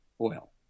oil